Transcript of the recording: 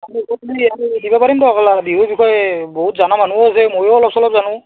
দিব পাৰিম দিয়ক এলা বিহুৰ বিষয়ে বহুত জানা মানুহো আছে ময়ো অলপ চলপ জানো